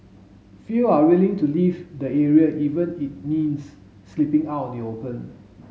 few are willing to leave the area even it means sleeping out in the open